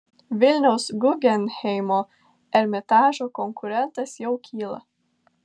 vilniaus guggenheimo ermitažo konkurentas jau kyla